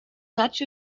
such